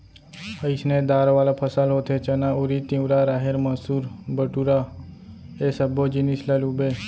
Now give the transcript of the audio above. अइसने दार वाला फसल होथे चना, उरिद, तिंवरा, राहेर, मसूर, बटूरा ए सब्बो जिनिस ल लूबे